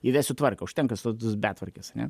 įvesiu tvarką užtenka tos betvarkės ane